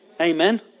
Amen